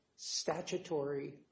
statutory